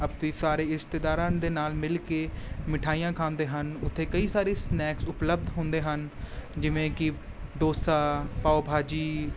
ਆਪਦੇ ਸਾਰੇ ਇਸ਼ਤੇਦਾਰਾਂ ਦੇ ਨਾਲ ਮਿਲ ਕੇ ਮਿਠਾਈਆਂ ਖਾਂਦੇ ਹਨ ਉੱਥੇ ਕਈ ਸਾਰੇ ਸਨੈਕਸ ਉਪਲਬਧ ਹੁੰਦੇ ਹਨ ਜਿਵੇਂ ਕਿ ਡੋਸਾ ਪਾਓ ਭਾਜੀ